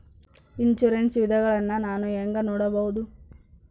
Insurance ವಿಧಗಳನ್ನ ನಾನು ಹೆಂಗ ನೋಡಬಹುದು?